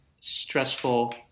stressful